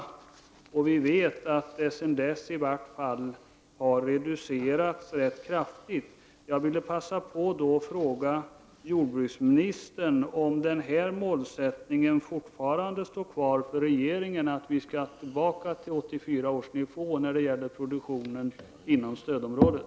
Vi vet ju att det sedan dess har skett en rätt kraftig reduktion. Jag vill passa på och fråga jordbruksministern om denna målsättning fortfarande gäller för regeringen, dvs. att vi skall tillbaka till 1984 års nivå när det gäller mjölkproduktionen inom stödområdet.